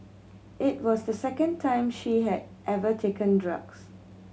it was the second time she had ever taken drugs